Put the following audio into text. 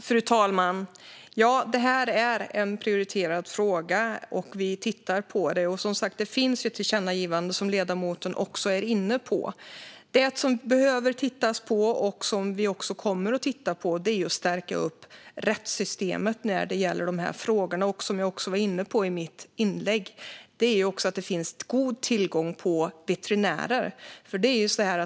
Fru talman! Det här är en prioriterad fråga, och vi tittar på den. Det finns som sagt ett tillkännagivande, som ledamoten var inne på. Det som behöver tittas på, och som vi också kommer att titta på, är att stärka upp rättssystemet när det gäller de här frågorna. Som jag var inne på i mitt inlägg handlar det även om att det finns en god tillgång på veterinärer.